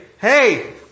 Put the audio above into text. hey